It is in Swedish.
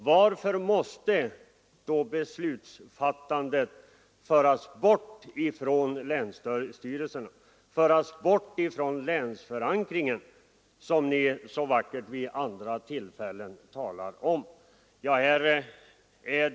Varför måste beslutsfattandet i det fallet föras bort från länsstyrelserna, bort från länsförankringen — som ni vid andra tillfällen ju talar så vackert om?